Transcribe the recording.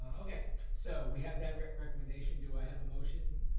okay, so we have that recommendation. do i have a motion?